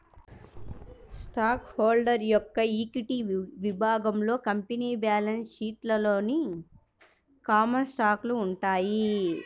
stock holder యొక్క equity విభాగంలో company balance షీట్లోని కామన్ స్టాకులు ఉంటాయి